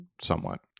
Somewhat